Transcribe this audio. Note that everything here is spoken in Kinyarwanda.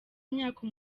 imyaka